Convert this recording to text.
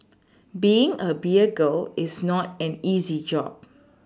being a beer girl is not an easy job